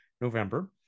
november